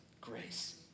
grace